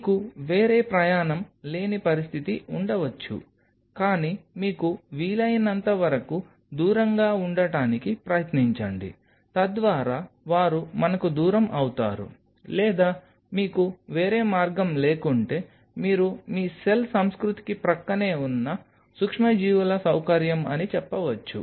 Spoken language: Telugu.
మీకు వేరే ప్రయాణం లేని పరిస్థితి ఉండవచ్చు కానీ మీకు వీలైనంత వరకు దూరంగా ఉండటానికి ప్రయత్నించండి తద్వారా వారు మనకు దూరం అవుతారు లేదా మీకు వేరే మార్గం లేకుంటే మీరు మీ సెల్ సంస్కృతికి ప్రక్కనే ఉన్న సూక్ష్మజీవుల సౌకర్యం అని చెప్పవచ్చు